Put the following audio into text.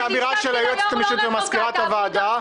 האמירה של היועצת המשפטית ומזכירת הוועדה,